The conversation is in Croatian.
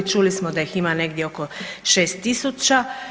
Čuli smo da ih ima negdje oko 6000.